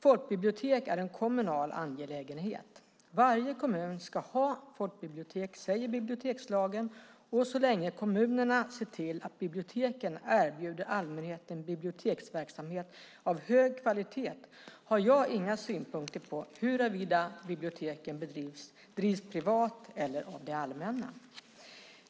Folkbibliotek är en kommunal angelägenhet. Varje kommun ska ha folkbibliotek, säger bibliotekslagen, och så länge kommunerna ser till att biblioteken erbjuder allmänheten biblioteksverksamhet av hög kvalitet har jag inga synpunkter på huruvida biblioteken drivs privat eller av det allmänna.